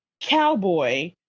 cowboy